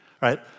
right